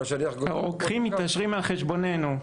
רוקחים מתעשרים על חשבוננו.